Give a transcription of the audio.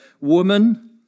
woman